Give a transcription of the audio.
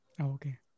okay